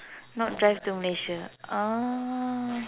not drive to Malaysia ah